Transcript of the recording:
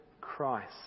Christ